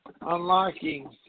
unlocking